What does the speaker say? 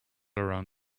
around